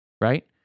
right